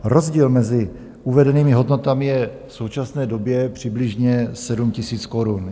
Rozdíl mezi uvedenými hodnotami je v současné době přibližně 7 000 korun.